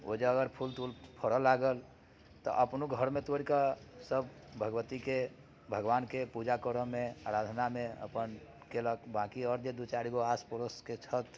ओ जे अगर फूल तूल फड़ऽ लागल तऽ अपनो घरमे तोड़िके सब भगवतीके भगवानके पूजा करमे अराधनामे अपन कयलक बाँकी आओर जे दू चारि गो आस पड़ोसके छथि